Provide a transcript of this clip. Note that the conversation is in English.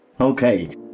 Okay